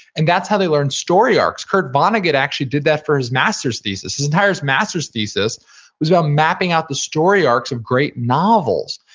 and that's how they learn story arcs kurt vonnegut actually did that for his master's thesis. his entire master's thesis was about mapping out the story arcs of great novels.